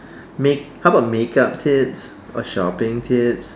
make how about make up tips or shopping tips